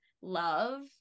love